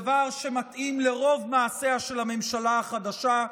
דבר שמתאים לרוב מעשיה של הממשלה החדשה.